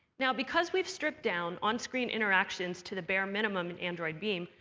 now because we've stripped down on-screen interactions to the bare minimum in android beam,